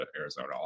Arizona